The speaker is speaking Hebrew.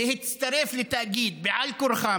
להצטרף לתאגיד בעל כורחו,